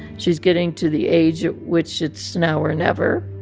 she's getting to the age at which it's now or never.